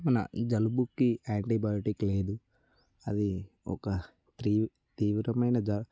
మన ఈ జలుబుకి యాంటీబయోటిక్ లేదు అది ఒక తీ తీవ్రమైన జా